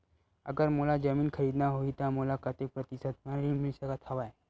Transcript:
अगर मोला जमीन खरीदना होही त मोला कतेक प्रतिशत म ऋण मिल सकत हवय?